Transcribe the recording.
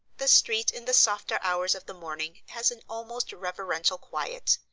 the street in the softer hours of the morning has an almost reverential quiet.